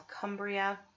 Cumbria